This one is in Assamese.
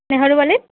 নেহেৰুবালিত